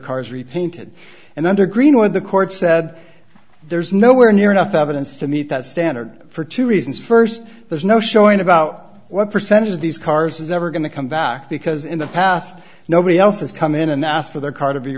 cars repainted and under greenwood the court said there's nowhere near enough evidence to meet that standard for two reasons first there's no showing about what percentage of these cars is ever going to come back because in the past nobody else has come in and asked for their car to be